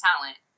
talent